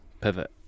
pivot